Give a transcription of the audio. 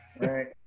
Right